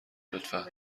لطفا